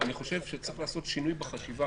אני חושב שצריך לעשות שינוי בחשיבה,